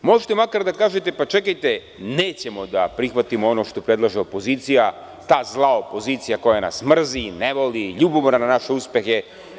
Možete makar da kažete – čekajte, nećemo da prihvatimo ono što predlaže opozicija, ta zla opozicija koja nas mrzi, koja nas ne voli, koja je ljubomorna na naše uspehe.